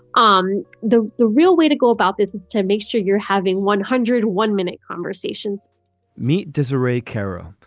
um the the real way to go about this is to make sure you're having one hundred one minute conversations meet disarray cara.